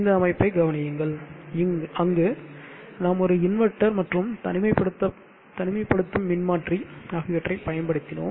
இந்த அமைப்பை கவனியுங்கள் அங்கு நாம் ஒரு இன்வெர்ட்டர் மற்றும் தனிமைப்படுத்தும் மின்மாற்றி ஆகியவற்றைப் பயன்படுத்தினோம்